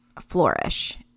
flourish